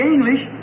English